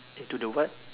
into the what